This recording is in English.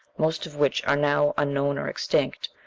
most of which are now unknown or extinct,